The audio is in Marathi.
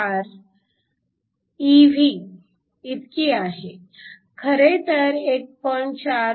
4 eV इतकी आहे खरेतर 1